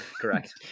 Correct